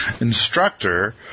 instructor